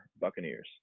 Buccaneers